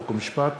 חוק ומשפט.